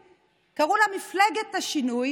חשוב להשריש נורמה מוסרית אחרת לחלוטין.